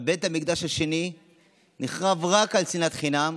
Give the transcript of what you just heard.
אבל בית המקדש השני נחרב רק על שנאת חינם,